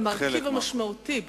המרכיב המשמעותי בקואליציה.